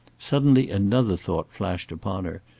suddenly another thought flashed upon her,